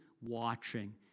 watching